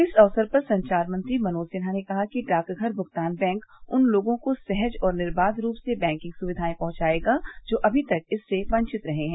इस अवसर पर संचार मंत्री मनोज सिन्हा ने कहा कि डाकघर भुगतान बैंक उन लोगों को सहज और निर्वाघ रूप से बैंकिग सुविधाएं पहुंचाएगा जो अभी तक इससे वंकित रहे हैं